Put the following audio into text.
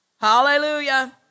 Hallelujah